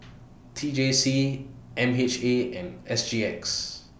T J C M H A and S G X